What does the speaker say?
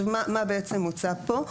מה בעצם מוצע פה?